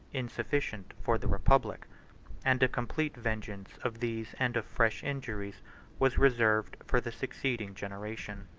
insufficient for the republic and a complete vengeance of these and of fresh injuries was reserved for the succeeding generation.